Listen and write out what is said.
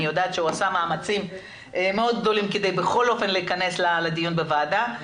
יודעת שעשה מאמצים מאוד גדולים כדי בכל אופן להכנס לדיון בוועדה.